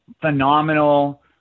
phenomenal